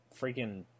freaking